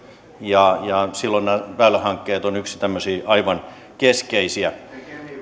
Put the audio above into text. ja ja silloin nämä väylähankkeet ovat yksi tämmöisistä aivan keskeisistä